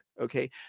Okay